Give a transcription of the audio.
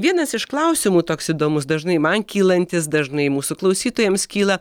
vienas iš klausimų toks įdomus dažnai man kylantis dažnai mūsų klausytojams kyla